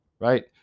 right